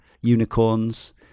unicorns